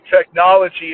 technology